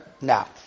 Now